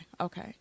Okay